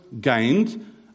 gained